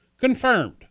Confirmed